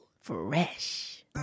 Fresh